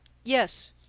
yes,